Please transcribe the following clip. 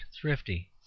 thrifty